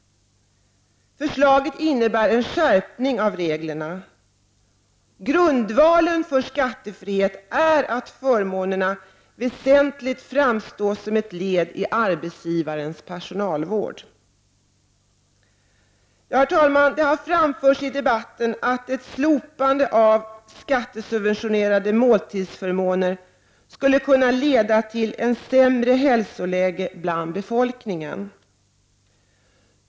Förslaget innebär en skärpning av reglerna. Grundvalen för skattefrihet är att förmånerna väsentligen framstår som ett led i arbetsgivarens personalvård. Herr talman! Det har framförts i debatten att ett slopande av skattesubventionerade måltidsförmåner skulle kunna leda till ett sämre hälsoläge bland befolkningen.